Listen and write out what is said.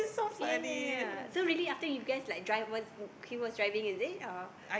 ya ya ya so really after you guys like drive what's he was driving is it or